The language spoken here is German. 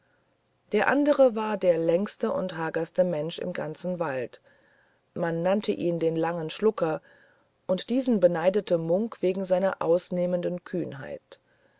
der andere war der längste und magerste mensch im ganzen wald man nannte ihn den langen schlurker und diesen beneidete munk wegen seiner ausnehmenden kühnheit